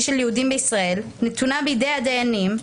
של יהודים בישראל נתונה בידי הדיינים,